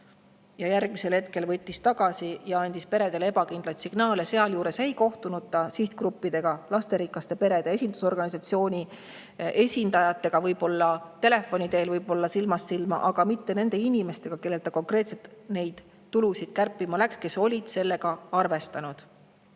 ja järgmisel hetkel võttis selle tagasi ja andis peredele ebakindlaid signaale. Sealjuures ei kohtunud ta sihtgruppidega. Lasterikaste perede esindusorganisatsiooni esindajatega võib-olla telefoni teel, võib-olla silmast silma, aga mitte nende inimestega, kellelt ta konkreetselt neid tulusid kärpima läks ja kes olid [nende tuludega] arvestanud.